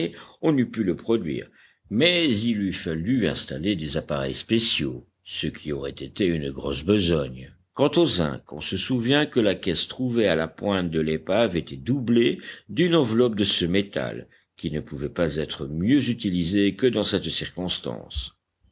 on eût pu le produire mais il eût fallu installer des appareils spéciaux ce qui aurait été une grosse besogne quant au zinc on se souvient que la caisse trouvée à la pointe de l'épave était doublée d'une enveloppe de ce métal qui ne pouvait pas être mieux utilisée que dans cette circonstance